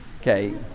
Okay